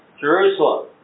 Jerusalem